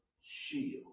shield